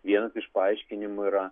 vienas iš paaiškinimų yra